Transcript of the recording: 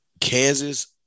Kansas